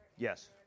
Yes